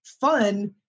fun